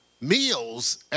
meals